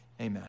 Amen